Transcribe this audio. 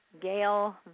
gail